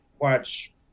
watch